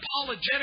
apologetic